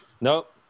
Nope